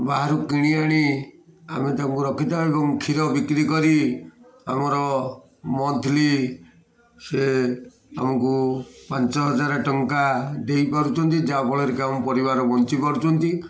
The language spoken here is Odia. ବାହାରୁ କିଣି ଆଣି ଆମେ ତାଙ୍କୁ ରଖିଥାଉ ଏବଂ କ୍ଷୀର ବିକ୍ରି କରି ଆମର ମନ୍ଥଲି ସେ ଆମକୁ ପାଞ୍ଚ ହଜାର ଟଙ୍କା ଦେଇପାରୁଛନ୍ତି ଯାହାଫଳରେ କି ଆମ ପରିବାର ବଞ୍ଚିପାରୁଛନ୍ତି